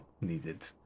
needed